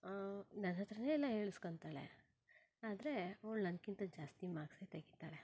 ನನ್ನ ಹತ್ತಿರನೇ ಎಲ್ಲ ಹೇಳ್ಸ್ಕೊಂತಾಳೆ ಆದರೇ ಅವ್ಳು ನನ್ಗಿಂತ ಜಾಸ್ತಿ ಮಾರ್ಕ್ಸೇ ತೆಗೀತಾಳೆ